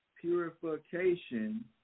purification